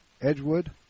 Edgewood